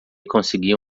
conseguiu